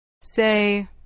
Say